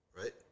Right